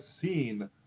seen